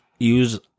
Use